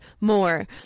more